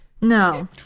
No